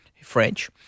French